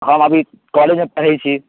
हम अभी कॉलेजमे पढ़ैत छी